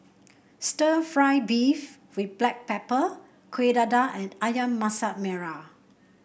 stir fry beef with Black Pepper Kuih Dadar and ayam Masak Merah